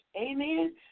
amen